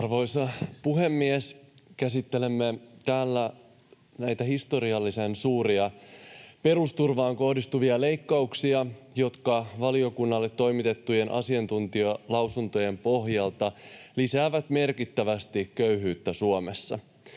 Arvoisa puhemies! Käsittelemme täällä näitä historiallisen suuria perusturvaan kohdistuvia leikkauksia, jotka valiokunnalle toimitettujen asiantuntijalausuntojen pohjalta lisäävät merkittävästi köyhyyttä Suomessa.